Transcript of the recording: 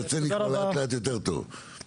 תודה רבה,